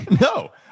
No